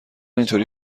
اینطوری